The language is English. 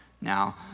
Now